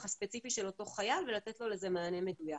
הספציפי של אותו חייל ולתת לו לזה מענה מדויק.